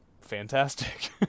fantastic